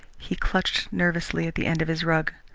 he clutched nervously at the end of his rug.